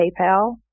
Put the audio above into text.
PayPal